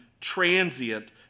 transient